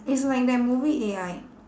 it's like that movie A_I